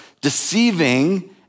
deceiving